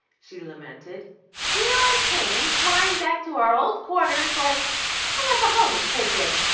she lamented here i came flying back to our old quarters like like a homing pigeon,